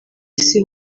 isi